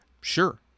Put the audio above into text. sure